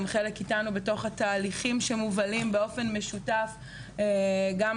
הם חלק בתהליכים שמובלים באופן משותף על